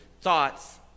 thoughts